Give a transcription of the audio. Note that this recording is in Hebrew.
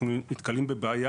אנחנו נתקלים בבעיה,